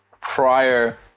prior